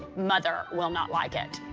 mother will not like it.